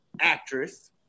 actress